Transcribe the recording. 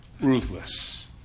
ruthless